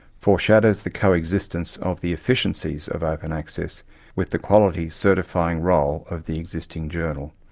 foreshadows the coexistence of the efficiencies of open access with the quality certifying role of the existing journal.